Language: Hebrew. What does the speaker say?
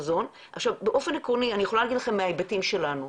באופן עקרוני, אני יכולה להגיד לכם מההיבטים שלנו.